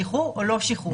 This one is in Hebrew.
שחרור או לא שחרור.